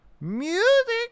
music